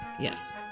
Yes